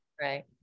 right